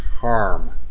harm